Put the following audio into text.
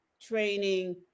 training